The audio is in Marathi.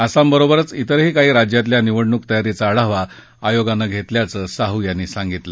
आसामबरोबरच विरही काही राज्यातल्या निवडणूक तयारीचा आढावा आयोगानं घेतल्याचं साहू यांनी सांगितलं